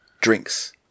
drinks